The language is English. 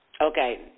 Okay